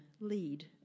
lead